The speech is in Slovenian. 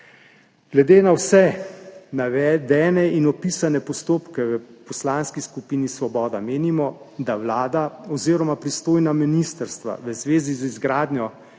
Glede na vse navedene in opisane postopke v Poslanski skupini Svoboda menimo, da Vlada oziroma pristojna ministrstva v zvezi z izgradnjo